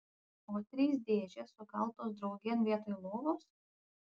o trys dėžės sukaltos draugėn vietoj lovos